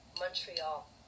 Montreal